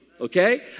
okay